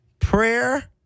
prayer